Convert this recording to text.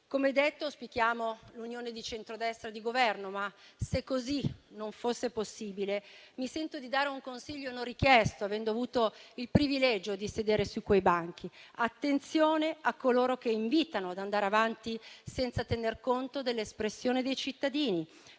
Come detto, auspichiamo l'unione di centrodestra di Governo, ma, se così non fosse possibile, mi sento di dare un consiglio non richiesto, avendo avuto il privilegio di sedere su quei banchi: attenzione a coloro che invitano ad andare avanti senza tener conto dell'espressione dei cittadini,